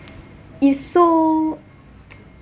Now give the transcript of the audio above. is so